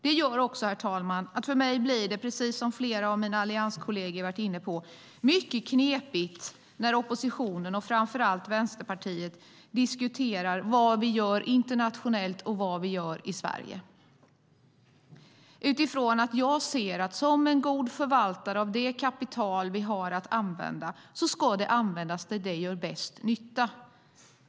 Det gör också att det för mig, precis som också flera av mina allianskolleger har sagt, blir mycket knepigt när oppositionen och framför allt Vänsterpartiet diskuterar vad vi gör internationellt och vad vi gör i Sverige. Som en god förvaltare av det kapital vi har att använda ska vi se till att använda det där det gör bäst nytta.